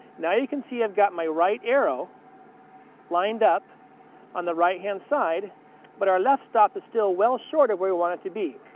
now you can see i've got my right arrow lined up on the right hand side but our left stop is still well short of where we want it to be,